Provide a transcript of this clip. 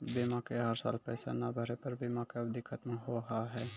बीमा के हर साल पैसा ना भरे पर बीमा के अवधि खत्म हो हाव हाय?